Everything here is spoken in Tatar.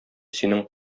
синең